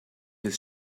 his